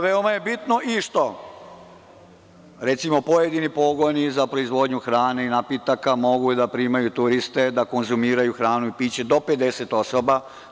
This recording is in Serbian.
Veoma je bitno što pojedini pogoni za proizvodnju hrane i napitaka mogu da primaju turiste da konzumiraju hranu i piće do 50 osoba.